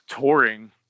touring